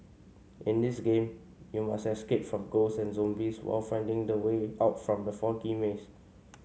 in this game you must escape from ghosts and zombies while finding the way out from the foggy maze